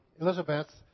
Elizabeth